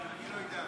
אני לא עידן.